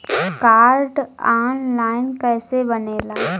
Card online कइसे बनेला?